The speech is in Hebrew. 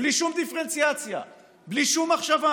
בלי שום דיפרנציאציה ובלי שום מחשבה,